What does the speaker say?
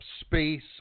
space